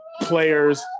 players